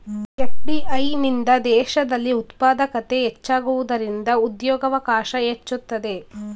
FDI ನಿಂದ ದೇಶದಲ್ಲಿ ಉತ್ಪಾದಕತೆ ಹೆಚ್ಚಾಗುವುದರಿಂದ ಉದ್ಯೋಗವಕಾಶ ಹೆಚ್ಚುತ್ತದೆ